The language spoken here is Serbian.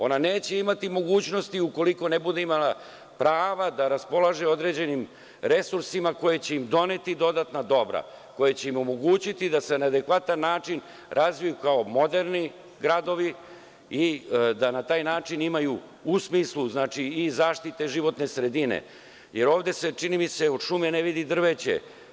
Ona neće imati mogućnosti ukoliko ne bude imala prava da raspolaže određenim resursima koji će im doneti dodatna dobra, koja će im omogućiti da se na adekvatan način razviju kao moderni gradovi i da na taj način imaju u smislu i zaštite životne sredine, jer ovde se čini mi se od šume ne vidi drveće.